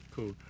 Cool